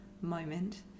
moment